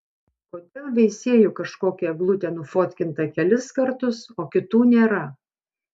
kodėl veisiejų kažkokia eglutė nufotkinta kelis kartus o kitų nėra